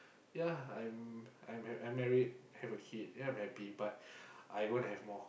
ya I'm I'm I'm married have a kid ya I'm happy but I wanna have more